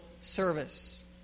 service